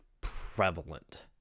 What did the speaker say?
prevalent